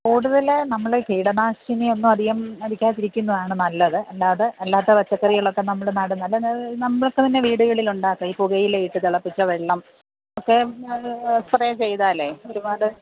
കൂടുതൽ നമ്മൾ കീടനാശിനി ഒന്നു അധികം അടിക്കാതെ ഇരിക്കുന്നതാണ് നല്ലത് അല്ലാതെ അല്ലാത്ത പച്ചക്കറികളൊക്കെ നമ്മൾ നല്ല നമുക്ക് തന്നെ വീടുകളിൽ ഉണ്ടാക്കാം ഈ പുകയില ഇട്ട് തിളപ്പിച്ച വെള്ളം ഒക്കെ സ്പ്രേ ചെയ്താലേ ഒരുപാട്